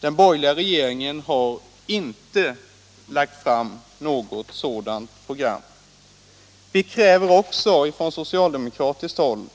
Den borgerliga regeringen har inte lagt fram något sådant program. Vi kräver från socialdemokratiskt håll